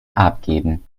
abgeben